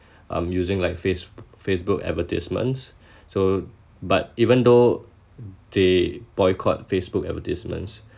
um using like faceb~ Facebook advertisements so but even though they boycott Facebook advertisements